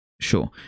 Sure